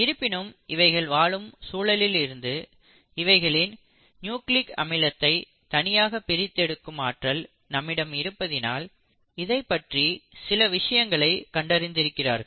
இருப்பினும் இவைகள் வாழும் சூழலில் இருந்து இவைகளின் நியூக்ளிக் அமிலத்தை தனியாக பிரித்து எடுக்கும் ஆற்றல் நம்மிடம் இருப்பதினால் இதை பற்றி சில விஷயங்களை கண்டறிந்திருக்கிறார்கள்